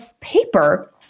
paper